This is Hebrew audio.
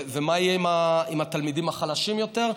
ומה יהיה עם התלמידים החלשים יותר,